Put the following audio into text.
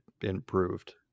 improved